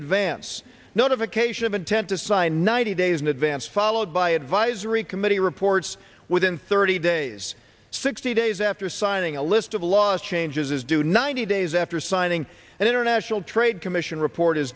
advance notification of intent to sign ninety days in advance followed by advisory committee reports within thirty days sixty days after assigning a list of last changes is due ninety days after signing an international trade commission report